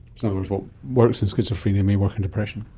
words, what works in schizophrenia may work in depression.